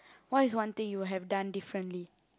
what is one thing you have done differently